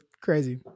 crazy